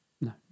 No